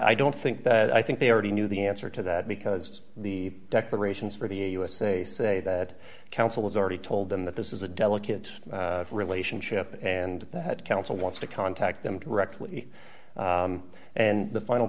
i don't think that i think they already knew the answer to that because the declarations for the usa say that council has already told them that this is a delicate relationship and that council wants to contact them directly and the final